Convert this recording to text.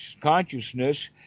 consciousness